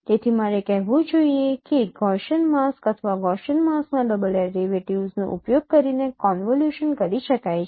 તેથી મારે કહેવું જોઈએ કે ગૌસિયન માસ્ક અથવા ગૌસિયન માસ્કના ડબલ ડેરિવેટિવ્ઝનો ઉપયોગ કરીને કોનવોલ્યુશન કરી શકાય છે